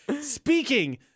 Speaking